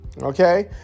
Okay